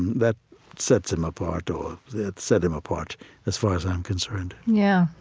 that sets him apart. or that set him apart as far as i'm concerned yeah.